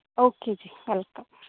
okay ਜੀ welcome